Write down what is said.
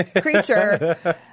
creature